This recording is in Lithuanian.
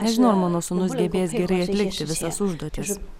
nežinau ar mano sūnus gebės gerai atlikti visas užduotis